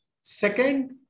second